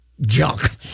junk